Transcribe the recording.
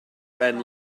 ben